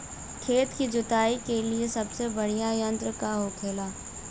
खेत की जुताई के लिए सबसे बढ़ियां यंत्र का होखेला?